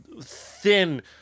thin